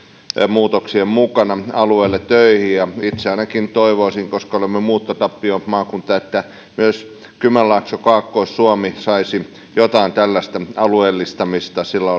muutoksien mukana alueelle töihin itse ainakin toivoisin koska olemme muuttotappiomaakunta että myös kymenlaakso kaakkois suomi saisi jotain tällaista alueellistamista sillä